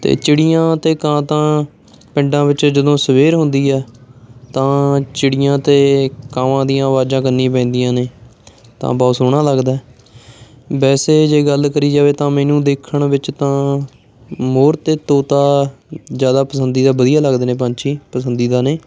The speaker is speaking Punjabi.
ਅਤੇ ਚਿੜੀਆਂ ਤੇ ਕਾਂ ਤਾਂ ਪਿੰਡਾਂ ਵਿੱਚ ਜਦੋਂ ਸਵੇਰ ਹੁੰਦੀ ਆ ਤਾਂ ਚਿੜੀਆਂ ਅਤੇ ਕਾਵਾਂ ਦੀਆਂ ਆਵਾਜ਼ਾਂ ਕੰਨੀ ਪੈਂਦੀਆਂ ਨੇ ਤਾਂ ਬਹੁਤ ਸੋਹਣਾ ਲੱਗਦਾ ਵੈਸੇ ਜੇ ਗੱਲ ਕਰੀ ਜਾਵੇ ਤਾਂ ਮੈਨੂੰ ਦੇਖਣ ਵਿੱਚ ਤਾਂ ਮੋਰ ਅਤੇ ਤੋਤਾ ਜ਼ਿਆਦਾ ਪਸੰਦੀਦਾ ਵਧੀਆ ਲੱਗਦੇ ਨੇ ਪੰਛੀ ਪਸੰਦੀਦਾ ਨੇ